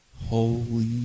Holy